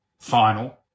Final